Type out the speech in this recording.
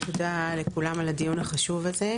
תודה לכולם על הדיון הזה.